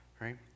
right